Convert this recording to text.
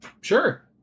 Sure